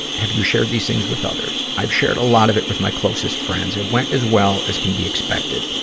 have you shared these things with others? i've shared a lot of it with my closest friends. it went as well as can be expected.